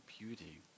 beauty